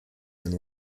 and